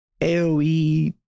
AOE